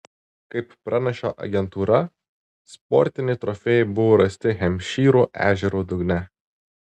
kaip praneša agentūra sportiniai trofėjai buvo rasti hempšyro ežero dugne